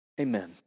Amen